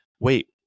wait